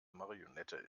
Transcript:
marionette